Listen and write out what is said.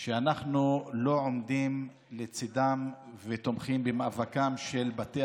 שאנחנו לא עומדים לצידם ותומכים במאבקם של בתי